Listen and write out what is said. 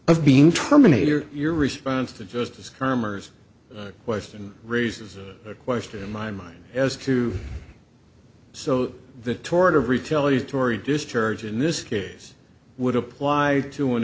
of being terminated or your response to justice termers question raises a question in my mind as to so the tort of retaliatory discharge in this case would apply to an